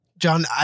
John